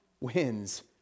wins